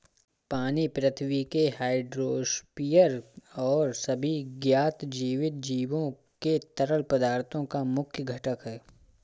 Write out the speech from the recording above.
पानी पृथ्वी के हाइड्रोस्फीयर और सभी ज्ञात जीवित जीवों के तरल पदार्थों का मुख्य घटक है